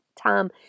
time